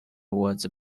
was